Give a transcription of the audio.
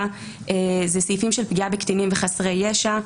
אלה סעיפים של פגיעה בקטינים וחסרי ישע.